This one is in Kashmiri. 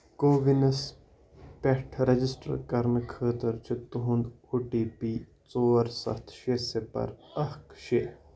کو وِن نَس پٮ۪ٹھ رجسٹر کرنہٕ خٲطرٕ چھُ تُہند او ٹی پی ژور سَتھ شیٚے صِفر اکھ شیٚے